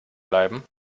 bleiben